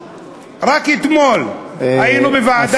רק אתמול היינו בוועדת הפנים,